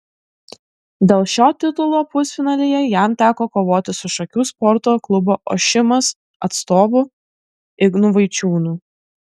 dėl šio titulo pusfinalyje jam teko kovoti su šakių sporto klubo ošimas atstovu ignu vaičiūnu